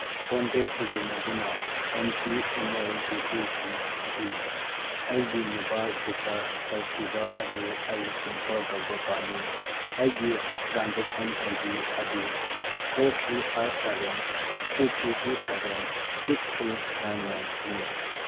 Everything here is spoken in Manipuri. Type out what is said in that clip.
ꯐꯣꯟ ꯄꯦ ꯁꯤꯖꯤꯟꯅꯗꯨꯅ ꯑꯦꯝ ꯇꯤ ꯑꯦꯟ ꯑꯦꯜ ꯗꯤꯜꯍꯤꯒꯤ ꯑꯩꯒꯤ ꯃꯣꯕꯥꯏꯜ ꯔꯤꯆꯥꯔꯖ ꯇꯧꯈꯤꯕ ꯑꯗꯨ ꯑꯩ ꯀꯦꯟꯁꯦꯜ ꯇꯧꯕ ꯄꯥꯝꯃꯤ ꯑꯩꯒꯤ ꯇ꯭ꯔꯥꯟꯁꯦꯛꯁꯟ ꯑꯥꯏ ꯗꯤ ꯑꯗꯨ four three five seven three three two seven six three nine ꯅꯥꯏꯟꯅꯤ